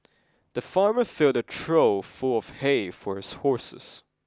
the farmer filled a trough full of hay for his horses